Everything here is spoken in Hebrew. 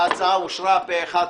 ההצעה אושרה פה אחד.